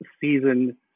season